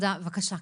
בבקשה.